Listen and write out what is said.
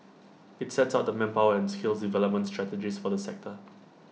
IT sets out the manpower and skills development strategies for the sector